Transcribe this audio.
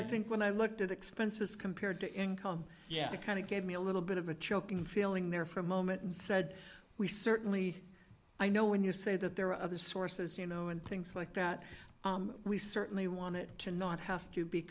i think when i looked at expenses compared to income yeah it kind of gave me a little bit of a choking feeling there for a moment and said we certainly i know when you say that there are other sources you know and things like that we certainly want it to not have to be